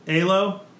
Alo